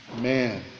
man